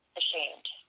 ashamed